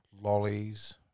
lollies